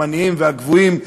הזמניים והקבועים,